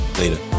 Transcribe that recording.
Later